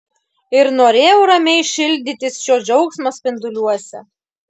ir norėjau ramiai šildytis šio džiaugsmo spinduliuose